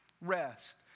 rest